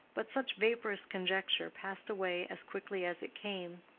but such vaporous conjecture passed away as quickly as it came.